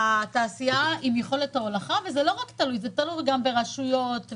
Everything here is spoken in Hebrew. התעשייה עם יכולת ההולכה וזה תלוי גם ברשויות,